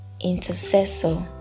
intercessor